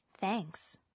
Thanks